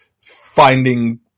finding